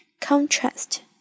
Contrast